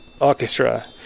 orchestra